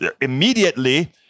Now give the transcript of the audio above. immediately